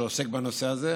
שעוסק בנושא הזה,